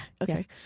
Okay